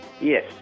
Yes